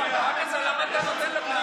למה אתה נותן לה?